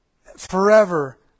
forever